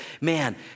man